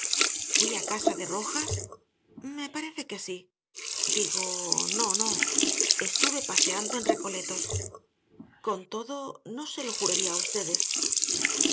fuí á casa de rojas me parece que sí digo no no estuve paseando en recoletos con todo no se lo juraría á